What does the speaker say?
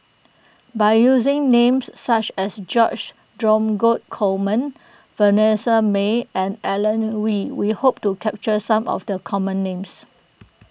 by using names such as George Dromgold Coleman Vanessa Mae and Alan Oei we hope to capture some of the common names